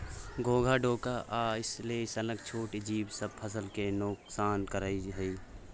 घोघा, डोका आ स्नेल सनक छोट जीब सब फसल केँ नोकसान करय छै